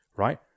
Right